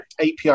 api